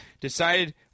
Decided